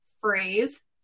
phrase